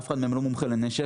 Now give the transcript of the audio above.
אף אחד מהם לא מומחה לנשק,